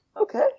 okay